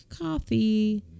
coffee